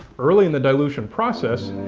early in the dilution process,